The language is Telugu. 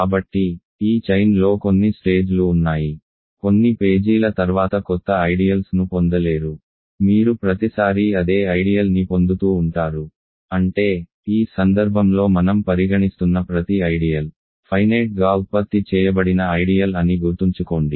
కాబట్టి ఈ చైన్ లో కొన్ని స్టేజ్ లు ఉన్నాయి కొన్ని పేజీల తర్వాత కొత్త ఐడియల్స్ ను పొందలేరు మీరు ప్రతిసారీ అదే ఐడియల్ ని పొందుతూ ఉంటారు అంటే ఈ సందర్భంలో మనం పరిగణిస్తున్న ప్రతి ఐడియల్ ఫైనేట్ గా ఉత్పత్తి చేయబడిన ఐడియల్ అని గుర్తుంచుకోండి